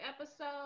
episode